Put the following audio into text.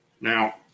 now